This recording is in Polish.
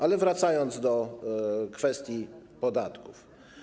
Ale wracam do kwestii podatków.